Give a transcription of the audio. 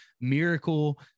Miracle